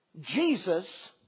Jesus